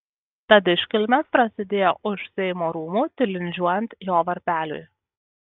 tad iškilmės prasidėjo už seimo rūmų tilindžiuojant jo varpeliui